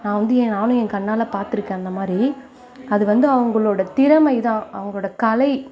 நான் வந்து நானும் என் கண்ணால் பார்த்துருக்கேன் அந்தமாதிரி அது வந்து அவங்களோட திறமைதான் அவங்களோட கலை